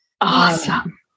Awesome